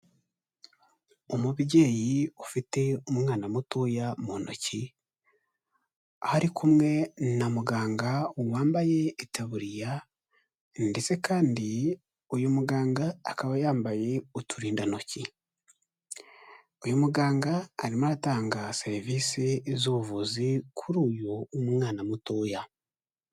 Umubyeyi ufite umwana mutoya mu ntoki, ari kumwe na muganga wambaye itaburiya ndetse kandi uyu muganga akaba yambaye uturindantoki, uyu muganga arimo aratanga serivise z'ubuvuzi kuri uyu umwana mutoya.